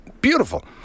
beautiful